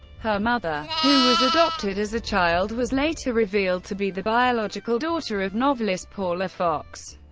her mother, who was adopted as a child, was later revealed to be the biological daughter of novelist paula fox.